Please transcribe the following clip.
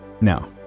Now